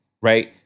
Right